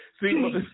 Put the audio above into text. See